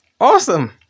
awesome